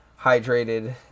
hydrated